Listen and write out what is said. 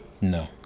No